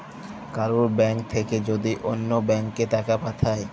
কারুর ব্যাঙ্ক থাক্যে যদি ওল্য ব্যাংকে টাকা পাঠায়